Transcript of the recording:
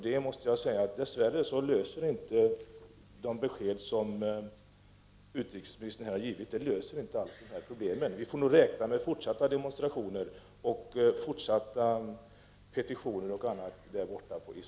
Dess värre löser de besked som utrikesministern här har givit inte alls detta problem. Jag tror att vi får räkna med fortsatta demonstrationer, petitioner osv. där borta i Sovjetunionen.